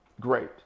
great